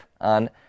on